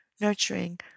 nurturing